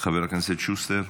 חבר הכנסת שוסטר?